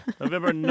November